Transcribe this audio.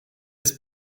des